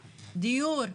דיור,